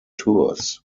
tours